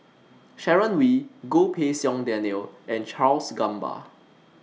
Sharon Wee Goh Pei Siong Daniel and Charles Gamba